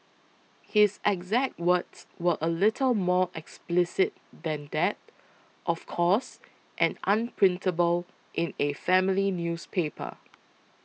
his exact words were a little more explicit than that of course and unprintable in a family newspaper